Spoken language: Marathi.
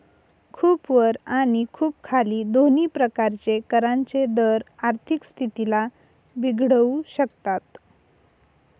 खूप वर आणि खूप खाली दोन्ही प्रकारचे करांचे दर आर्थिक स्थितीला बिघडवू शकतात